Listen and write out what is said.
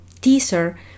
teaser